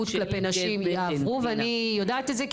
באלימות נגד נשים יעברו ואני יודעת את זה.